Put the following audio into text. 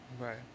Right